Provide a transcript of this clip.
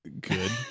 good